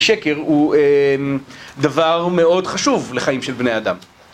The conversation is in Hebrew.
שקר הוא דבר מאוד חשוב לחיים של בני אדם